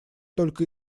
только